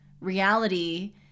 reality